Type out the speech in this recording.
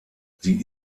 sie